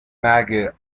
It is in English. maggot